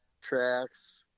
tracks –